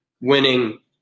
winning